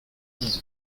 dix